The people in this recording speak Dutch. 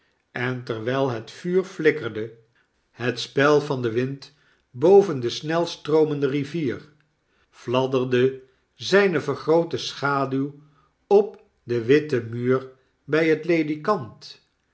en terwjjl het vuur flikkerde het spel van den wind boven de snel stroomende rivier fladderde zjjne vergroote schaduw op den witten muur bjj het ledikant